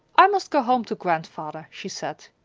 i must go home to grandfather, she said.